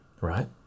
right